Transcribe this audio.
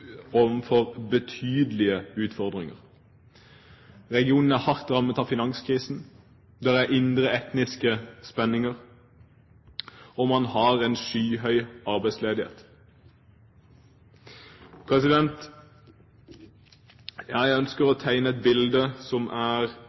betydelige utfordringer. Regionen er hardt rammet av finanskrisen, det er indre etniske spenninger, og man har en skyhøy arbeidsledighet. Jeg ønsker å tegne et bilde,